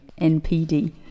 NPD